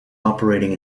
operating